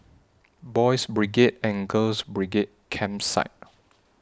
Boys' Brigade and Girls' Brigade Campsite